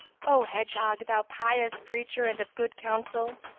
o hedgehog! thou pious preacher and of good counsel,